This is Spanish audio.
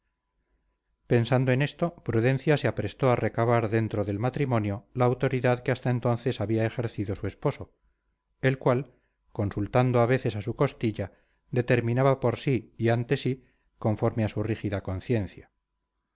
pensando en esto prudencia se aprestó a recabar dentro del matrimonio la autoridad que hasta entonces había ejercido su esposo el cual consultando a veces a su costilla determinaba por sí y ante sí conforme a su rígida conciencia